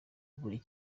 buri